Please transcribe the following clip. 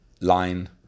line